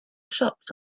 shops